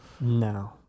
No